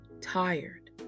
tired